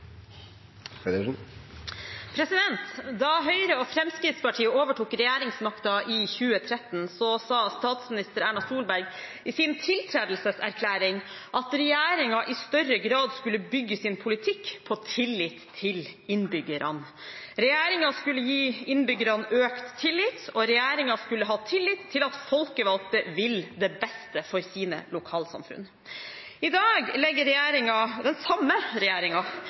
replikkordskifte. Da Høyre og Fremskrittspartiet overtok regjeringsmakten i 2013, sa statsminister Erna Solberg i sin tiltredelseserklæring at regjeringen i større grad skulle bygge sin politikk på tillit til innbyggerne. Regjeringen skulle gi innbyggerne økt tillit, og regjeringen skulle ha tillit til at folkevalgte ville det beste for sine lokalsamfunn. I dag legger den